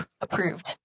approved